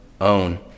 own